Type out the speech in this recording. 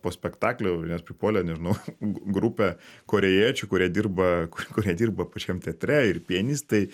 po spektaklio prie manęs pripuolė nežinau grupė korėjiečių kurie dirba kurie dirba pačiam teatre ir pianistai